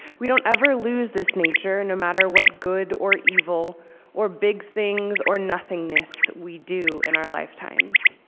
we don't ever lose this nature, no matter what good or evil or big things or nothingness we do in our lifetimes.